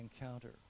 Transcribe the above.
encounter